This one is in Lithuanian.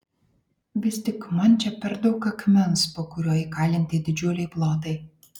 vis tik man čia per daug akmens po kuriuo įkalinti didžiuliai plotai